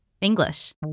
English